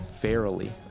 fairly